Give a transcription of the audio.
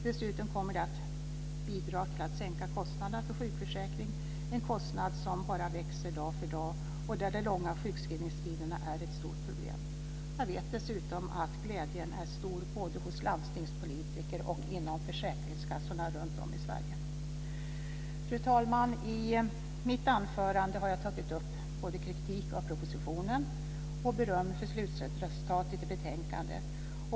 Dessutom kommer det att bidra till att sänka kostnaderna för sjukförsäkringen, kostnader som bara växer dag för dag och där de långa sjukskrivningstiderna är ett stort problem. Jag vet dessutom att glädjen är stor både hos landstingspolitiker och inom försäkringskassorna runtom i Sverige. Fru talman! I mitt anförande har jag tagit upp både kritik av propositionen och beröm för slutresultatet i betänkandet.